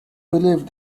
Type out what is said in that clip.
believe